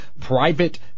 private